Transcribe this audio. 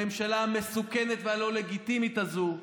הממשלה המסוכנת והלא-לגיטימית הזאת,